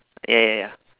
oh ya ya